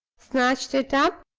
snatched it up,